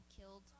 killed